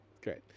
Great